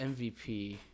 MVP